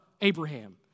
Abraham